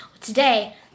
today